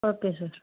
okay sir